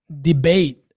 debate